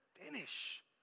finish